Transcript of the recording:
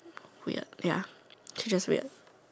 weird ya she's just weird